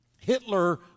Hitler